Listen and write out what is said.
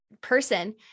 person